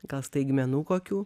gal staigmenų kokių